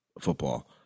football